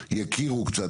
אני חושב שעד אז יכירו קצת.